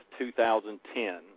2010